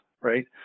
right